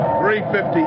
350